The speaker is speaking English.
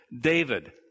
David